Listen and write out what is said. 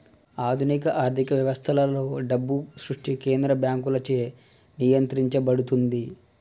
ఆధునిక ఆర్థిక వ్యవస్థలలో, డబ్బు సృష్టి కేంద్ర బ్యాంకులచే నియంత్రించబడుతుంది